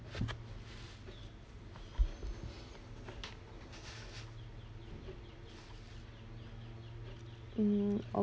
mm